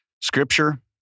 scripture